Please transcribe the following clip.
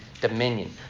dominion